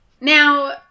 Now